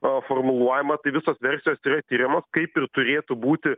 o formuluojama tai visos versijos yra tiriamos kaip ir turėtų būti